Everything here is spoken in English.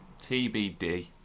TBD